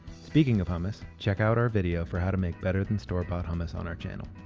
speaking of hummus, check out our video for how to make better-than-store-bought hummus on our channel!